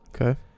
Okay